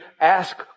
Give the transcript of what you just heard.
ask